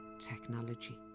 technology